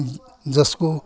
जसको